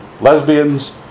lesbians